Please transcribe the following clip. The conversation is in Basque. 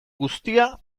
guztia